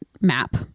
map